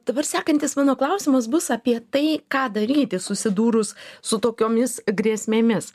dabar sekantis mano klausimas bus apie tai ką daryti susidūrus su tokiomis grėsmėmis